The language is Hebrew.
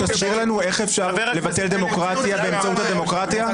שיסבירו לנו איך אפשר לבטל דמוקרטיה באמצעות הדמוקרטיה?